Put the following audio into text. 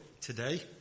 today